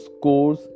scores